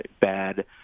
bad